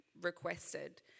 requested